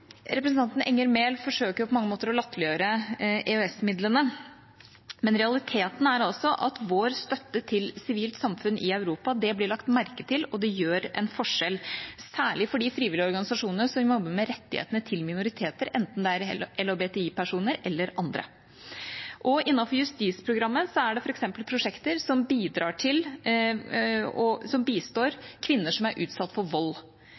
Representanten Enger Mehl forsøker på mange måter å latterliggjøre EØS-midlene, men realiteten er altså at vår støtte til sivilt samfunn i Europa blir lagt merke til, og det utgjør en forskjell, særlig for de frivillige organisasjonene som jobber med rettighetene til minoriteter, enten det er LHBTI-personer eller andre. Innenfor justisprogrammet er det f.eks. prosjekter som bistår kvinner som er utsatt for vold.